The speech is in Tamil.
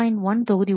1 தொகுதி 1